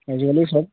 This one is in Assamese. আজিকালি চব